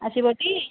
ଆସିବ ଟି